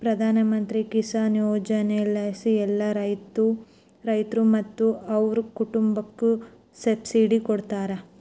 ಪ್ರಧಾನಮಂತ್ರಿ ಕಿಸಾನ್ ಯೋಜನೆಲಾಸಿ ಎಲ್ಲಾ ರೈತ್ರು ಮತ್ತೆ ಅವ್ರ್ ಕುಟುಂಬುಕ್ಕ ಸಬ್ಸಿಡಿ ಕೊಡ್ತಾರ